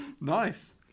Nice